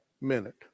minute